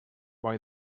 boi